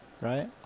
Right